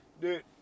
Dude